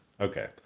Okay